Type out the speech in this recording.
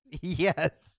Yes